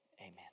amen